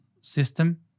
system